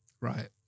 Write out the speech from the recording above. Right